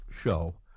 show